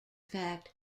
fact